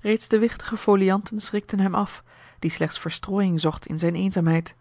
reeds de wichtige folianten schrikten hem af die slechts verstrooiing zocht in zijne eenzaamheid